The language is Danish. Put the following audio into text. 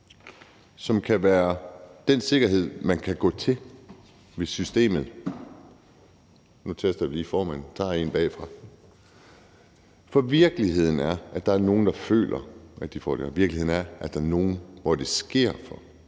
som kan være den sikkerhed, man kan gå til, hvis systemet – og nu tester jeg lige formanden – tager en bagfra. For virkeligheden er, at der er nogen, der føler det, og virkeligheden er, at der er nogen, som det sker for.